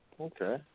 Okay